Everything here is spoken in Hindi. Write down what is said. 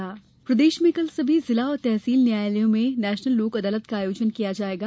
लोक अदालत प्रदेश में कल सभी जिला और तहसील न्यायालयों में नेशनल लोक अदालत का आयोजन किया जायेगा